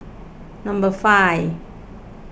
number five